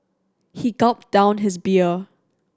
he gulped down his beer